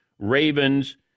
Ravens